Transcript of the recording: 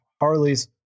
Harley's